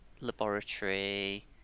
laboratory